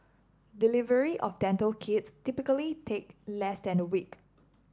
delivery of dental kits typically take less than a week